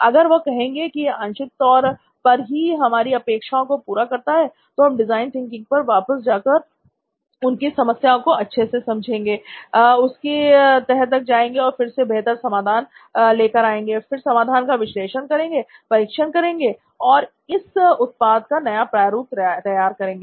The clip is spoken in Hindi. अगर वह कहेंगे कि यह आंशिक तौर पर ही हमारी अपेक्षाओं को पूरा करता है तो हम डिजाइन थिंकिंग पर वापस जाकर उनकी समस्या को अच्छे से समझेंगे उसकी तह तक जाएंगे और फिर से एक बेहतर समाधान लेकर आएंगे फिर समाधान का विश्लेषण करेंगे परीक्षण करेंगे और इस उत्पाद का नया प्रारूप तैयार करेंगे